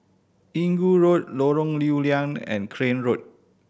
Inggu Road Lorong Lew Lian and Crane Road